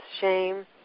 shame